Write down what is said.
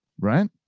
Right